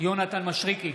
יונתן מישרקי,